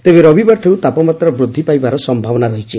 ତେବେ ରବିବାରଠାରୁ ତାପମାତ୍ରା ବୃଦ୍ଧି ପାଇବାର ସମ୍ଭାବନା ରହିଛି